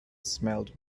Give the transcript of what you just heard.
smelled